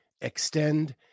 extend